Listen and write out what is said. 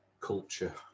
culture